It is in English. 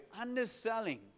underselling